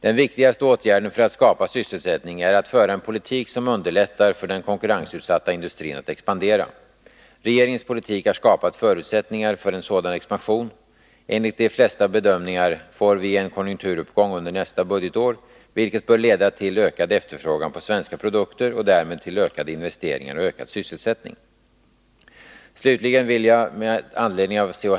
Den viktigaste åtgärden för att skapa sysselsättning är att föra en politik som underlättar för den konkurrensutsatta industrin att expandera. Regeringens politik har skapat förutsättningarna för en sådan expansion. Enligt de flesta bedömningar får vi en konjunkturuppgång under nästa budgetår, vilket bör leda till ökad efterfrågan på svenska produkter och därmed till ökade investeringar och ökad sysselsättning. Slutligen vill jag med anledning av C.-H.